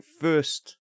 first